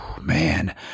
man